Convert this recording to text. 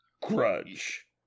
Grudge